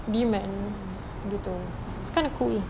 demand gitu it's kind of cool